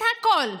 את הכול,